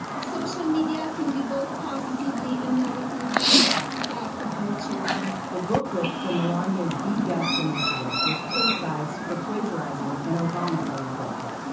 social media can be both positively and negatively effect on our children. the booklet for melania's, be best initiative was criticized for plagiarizing an obama-era booklet.